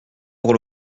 pour